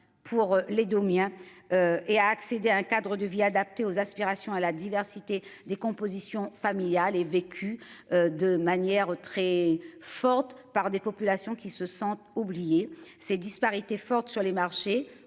Pour les Domiens. Et à accéder un cadre de vie adaptés aux aspirations à la diversité des compositions familiales et vécu de manière très forte par des populations qui se sentent oubliés ces disparités fortes sur les marchés.